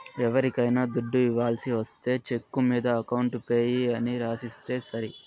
ఎవరికైనా దుడ్డు ఇవ్వాల్సి ఒస్తే చెక్కు మీద అకౌంట్ పేయీ అని రాసిస్తే సరి